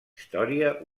història